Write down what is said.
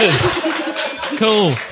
Cool